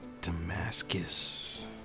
Damascus